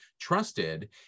trusted